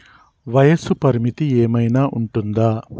వయస్సు పరిమితి ఏమైనా ఉంటుందా?